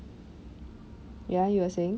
ya you were saying